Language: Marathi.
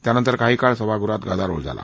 त्यानंतर काही काळ सभागृहात गदारोळ झाला